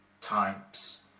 times